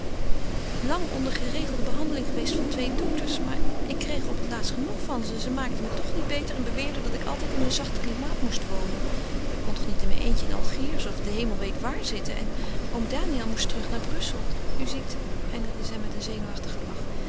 lang onder geregelde behandeling geweest van twee dokters maar ik kreeg op het laatst genoeg van ze ze maakten me toch niet beter en beweerden dat ik altijd in een zacht klimaat moest wonen maar ik kon toch niet in mijn eentje in algiers of de hemel weet waar zitten en oom daniël moest terug naar brussel u ziet eindigde zij met een zenuwachtigen lach ik